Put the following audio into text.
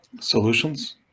Solutions